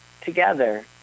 together